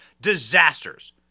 disasters